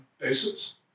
bases